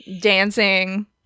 dancing